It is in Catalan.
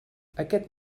aquest